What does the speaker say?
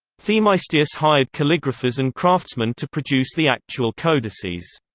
themeistius hired calligraphers and craftsman to produce the actual codices.